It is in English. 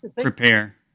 prepare